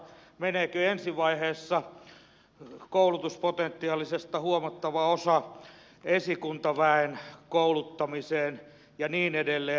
meneekö ensi vaiheessa koulutuspotentiaalista huomattava osa esikuntaväen kouluttamiseen ja niin edelleen